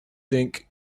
think